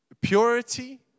Purity